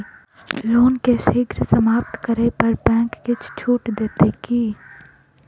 loan केँ शीघ्र समाप्त करै पर बैंक किछ छुट देत की